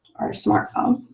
or smart phone.